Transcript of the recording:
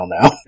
now